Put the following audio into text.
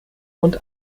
und